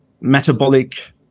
metabolic